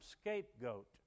scapegoat